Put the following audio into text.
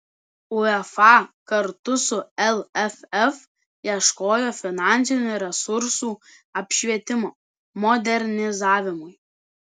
uefa kartu su lff ieškojo finansinių resursų apšvietimo modernizavimui